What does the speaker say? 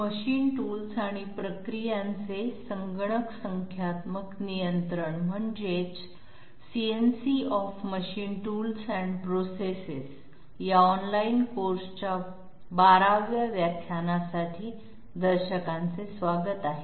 computer numerical control of machine tools and process या online कोर्सच्या 12 व्या व्याख्यानासाठी आपले स्वागत आहे